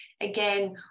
again